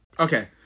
Okay